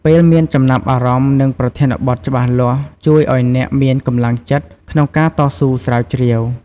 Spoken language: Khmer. ពេលមានចំណាប់អារម្មណ៍នឹងប្រធានបទច្បាស់លាស់ជួយឲ្យអ្នកមានកម្លាំងចិត្ត ក្នុងការតស៊ូស្រាវជ្រាវ។